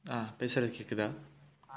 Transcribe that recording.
ah பேசுறது கேக்குதா:pesurathu kaekkuthaa